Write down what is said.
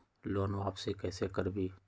Loan वापसी कैसे करबी?